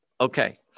Okay